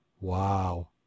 Wow